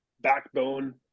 Backbone